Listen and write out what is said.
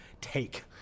take